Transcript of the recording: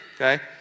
okay